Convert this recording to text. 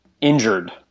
injured